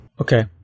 Okay